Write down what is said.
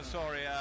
sorry